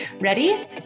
Ready